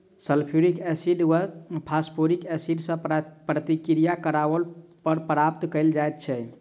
sulphuric acid वा phosphoric acid सॅ प्रतिक्रिया करौला पर प्राप्त कयल जाइत छै